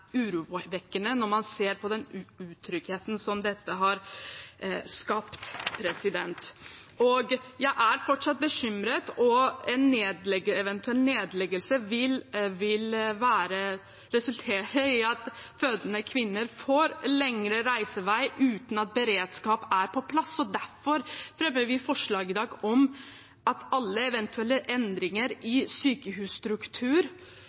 urovekkende når man ser på den utryggheten som dette har skapt. Jeg er fortsatt bekymret, for en eventuell nedleggelse vil resultere i at fødende kvinner får lengre reisevei uten at beredskap er på plass. Derfor fremmer vi forslag i dag om at alle eventuelle endringer